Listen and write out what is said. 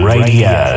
Radio